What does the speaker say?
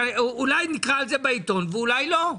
שאולי נקרא על זה בעיתון ואולי לא.